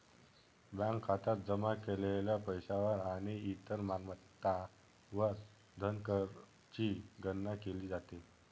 bank खात्यात जमा केलेल्या पैशावर आणि इतर मालमत्तांवर धनकरची गणना केली जाते